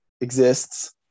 Exists